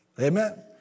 Amen